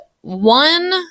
one